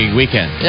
weekend